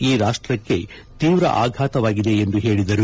ಈ ರಾಷ್ಟಕ್ಕೆ ತೀವ್ರ ಆಘಾತವಾಗಿದೆ ಎಂದು ಹೇಳಿದರು